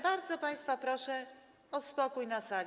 Bardzo państwa proszę o spokój na sali.